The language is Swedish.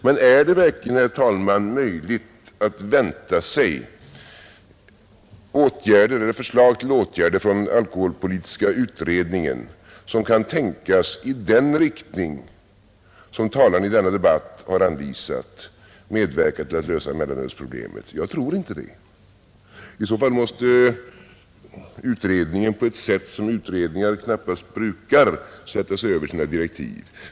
Men är det verkligen, herr talman, möjligt att från alkoholpolitiska utredningen vänta sig förslag till åtgärder, vilka kan tänkas medverka att lösa mellanölsproblemet efter de riktlinjer som talarna i denna debatt har anvisat? Jag tror inte det. I så fall måste nämligen utredningen, på ett sätt som utredningar inte brukar, sätta sig över sina direktiv.